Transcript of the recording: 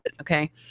okay